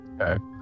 Okay